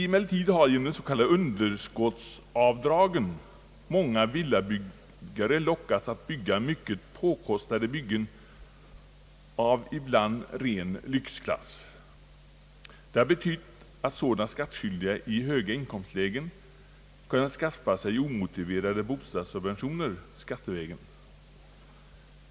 Emellertid har genom de s.k. underskottsavdragen många villabyggare lockats att bygga mycket påkostade villor av ibland ren lyxklass. Det har betytt att sådana skattskyldiga i höga inkomstlägen kunnat skaffa sig omotiverade bostadssubventioner skattevägen.